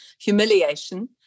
humiliation